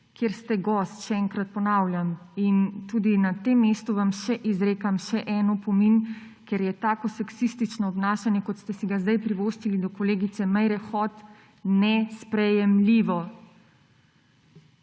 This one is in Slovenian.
kjer ste gost, še enkrat ponavljam. In tudi na tem mestu vam izrekam še en opomin, ker je tako seksistično obnašanje, kot ste si ga sedaj privoščili do kolegice Meire Hot, nesprejemljivo!